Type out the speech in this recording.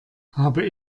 habe